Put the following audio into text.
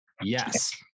yes